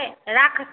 छै राख